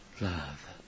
love